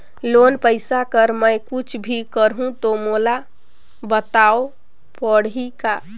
Loan पइसा कर मै कुछ भी करहु तो मोला बताव पड़ही का?